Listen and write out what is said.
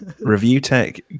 Review-Tech